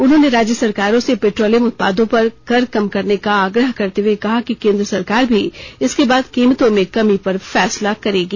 उन्होंने राज्य सरकारों से पेट्रोलियम उत्पादों पर कर कम करने का आग्रह करते हुए कहा कि केंद्र सरकार भी इसके बाद कीमतों में कमी पर फैसला करेगी